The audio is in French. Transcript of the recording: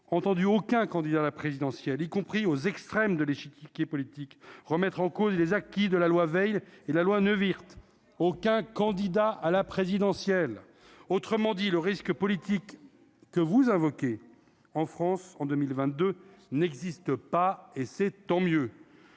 entendu aucun candidat à la présidentielle, y compris aux extrêmes de l'échiquier politique, remettre en cause les acquis de la loi Veil et la loi Neuwirth, aucun candidat à la présidentielle, autrement dit le risque politique que vous invoquez en France en 2022 n'existe pas et c'est tant mieux,